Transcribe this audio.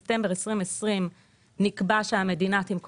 אנחנו חוזרים אחורה לספטמבר 2020. בעיצומו של משבר הקורונה,